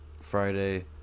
Friday